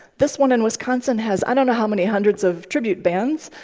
this one in wisconsin has i don't know how many hundreds of tribute bands.